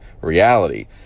reality